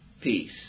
peace